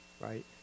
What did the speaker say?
right